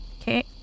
Okay